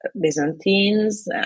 Byzantines